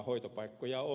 hoitopaikkoja on